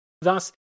Thus